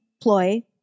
ploy